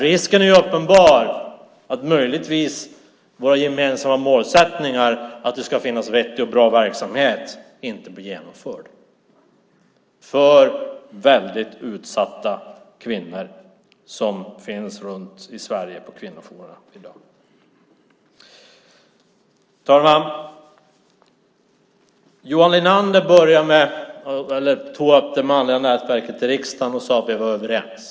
Risken är uppenbar att vår gemensamma målsättning att det ska finnas vettig och bra verksamhet inte blir genomförd för väldigt utsatta kvinnor som finns runt om i Sverige på kvinnojourerna i dag. Herr talman! Johan Linander tog upp det manliga nätverket i riksdagen och sade att vi är överens.